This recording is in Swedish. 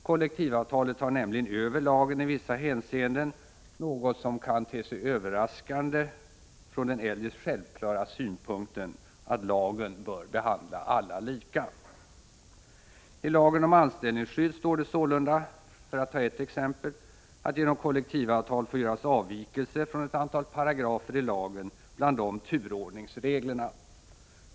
Kollektivavtalet tar nämligen över lagen i vissa hänseenden, något som kan te sig överraskande från den eljest självklara synpunkten att lagen bör behandla alla lika. I lagen om anställningsskydd står det sålunda, för att ta ett exempel, att genom kollektivavtal får göras avvikelser från ett antal paragrafer i lagen, bland dem turordningsreglerna.